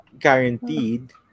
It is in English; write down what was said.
Guaranteed